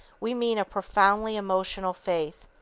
we mean a profoundly emotional faith.